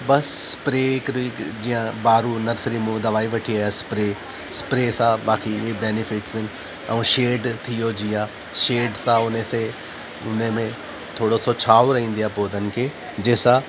बसि स्प्रै हिकिड़ो जीअं ॿारु नर्सरी में उहो दवाई वठी विया स्प्रै स्प्रै सां बाक़ी इअं बैनिफिट्स ऐं शेड थी वियो जीअं शेड सां हुन से हुन में थोरो सो छांव रहंदी आहे पौधनि खे जंहिं सां